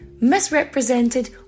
misrepresented